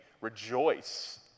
rejoice